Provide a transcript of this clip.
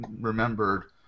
remembered